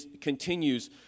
continues